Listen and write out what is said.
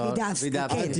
לילך וידבסקי.